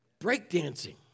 breakdancing